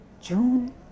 June